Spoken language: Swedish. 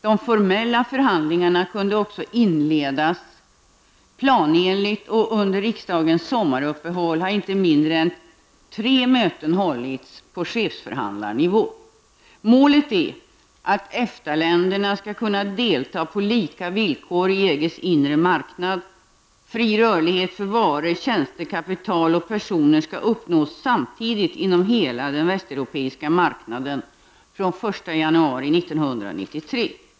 De formella förhandlingarna kunde också inledas planenligt, och under riksdagens sommaruppehåll har inte mindre än tre möten hållits på chefsförhandlarnivå. Målet är att EFTA-länderna skall kunna delta på lika villkor i EGs inre marknad. Fri rörlighet för varor, tjänster, kapital och personer skall uppnås samtidigt inom hela den västeuropeiska marknaden från den 1 januari 1993.